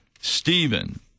Stephen